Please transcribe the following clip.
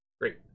Great